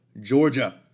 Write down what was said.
Georgia